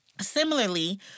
Similarly